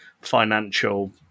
financial